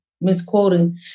misquoting